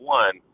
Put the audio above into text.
one